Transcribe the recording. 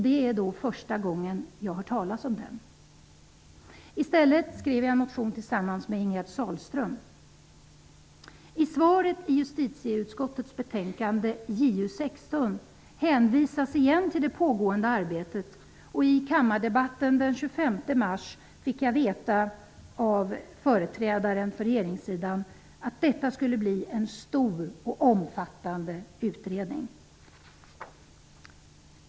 Det var första gången jag hörde talas om den. I stället skrev jag en motion tillsammans med Ingegerd Sahlström. I svaret i justitieutskottets betänkande JU16 hänvisas igen till det pågående arbetet, och i kammardebatten den 25 mars fick jag veta av företrädaren för regeringssidan att detta skulle bli en stor och omfattande utredning.